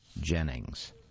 Jennings